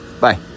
Bye